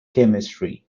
chemistry